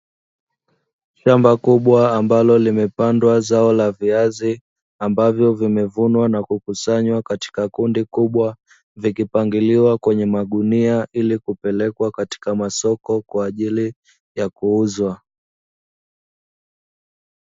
Shamba kubwa ambalo limepandwa zao la viazi ambavyo vimevunwa na kukusanywa katika kundi kubwa, vikipangiliwa kwenye magunia ili kupelekwa katika masoko kwa ajili ya kuuzwa.